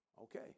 okay